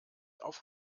auf